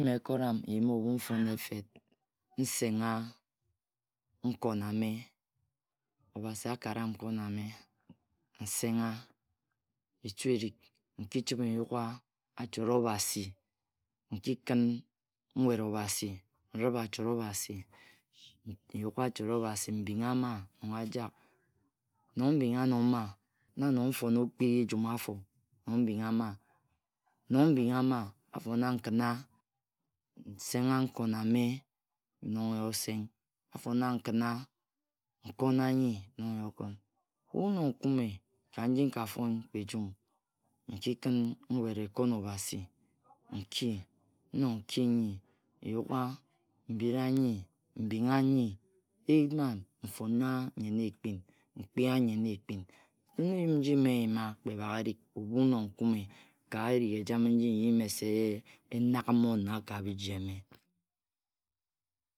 Mme ekoram nyuma ebhu nfon efet nsengh nkon ame. Obasi akaram nkon ame nsengha Obasi Etu erik nki-chibhe nyuga achot Obasi. Nki kin nwet Obasi, nribhe achot Obası nguga achot Obasi, mbingha mma nong ajag. Nong mbingha ano mma na nong afona okpia-ejum afo nong mbinghe mma. Nong mbingha mma afo na nkina nsenge nkon ame nong n-yi oseng, afo na nkina nkona nyi nong n-yi okon. Ebhu nnog nkume, ka nji nkafon kpe ejum, nji khi nwet-ekon Obasi nki, nnog nki nyi nyugha, mbira nyi, mbingha nyi, eyimmam nfona nyen ekpin, пкріa nyen ekpin. Ebhu ngun ngi mmе пуimа кре bhak-erig ebhu nnog nkume ka erig ejame nji nji mese e-he, enag-mona ka biji eme.